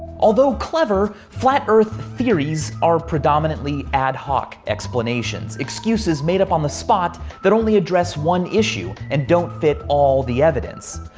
although clever, flat earth theories are predominantly ad hoc explanations excuses made up on the spot that only address one issue and don't fit all the evidence.